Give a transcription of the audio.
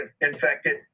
infected